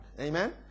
Amen